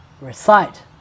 recite